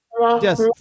Yes